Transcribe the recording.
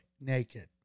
naked